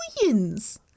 billions